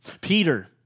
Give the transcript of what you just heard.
Peter